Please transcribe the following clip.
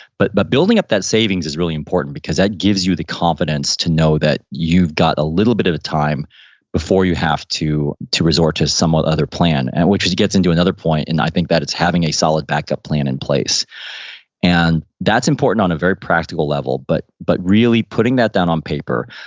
but but building up that savings is really important because that gives you the confidence to know that you've got a little bit of a time before you have to to resort to some other plan, and which it gets into another point and i think that it's having a solid backup plan in place and that's important on a very practical level. but but really putting that down on paper.